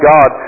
God